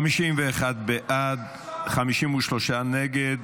51 בעד, 53 נגד.